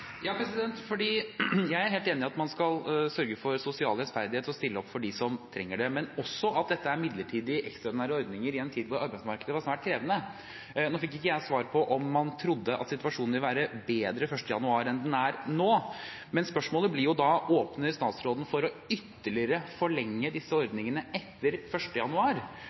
Jeg er helt enig i at man skal sørge for sosial rettferdighet og stille opp for dem som trenger det, men også at dette er midlertidige, ekstraordinære ordninger i en tid hvor arbeidsmarkedet var svært krevende. Nå fikk jeg ikke svar på om man trodde at situasjonen vil være bedre 1. januar enn den er nå, så spørsmålet blir da: Åpner statsråden for ytterligere å forlenge disse ordningene etter 1. januar,